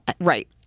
Right